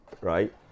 right